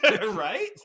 right